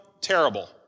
terrible